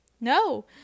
no